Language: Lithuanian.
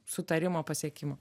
sutarimo pasiekimo